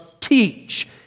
teach